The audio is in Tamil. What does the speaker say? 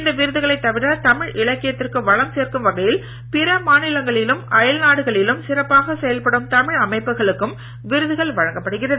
இந்த விருதுகளை தவிர தமிழ் இலக்கியத்திற்கும் வளம் சேர்க்கும் வகையில் பிற மாநிலங்களிலும் அயல் நாடுகளிலும் சிறப்பாக செயல்படும் தமிழ் அமைப்புகளுக்கும் விருதுகள் வழங்கப்படுகிறது